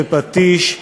בפטיש,